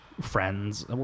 friends